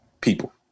people